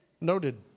Noted